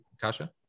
Kasha